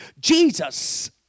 Jesus